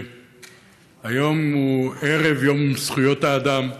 היום הוא ערב יום זכויות אדם,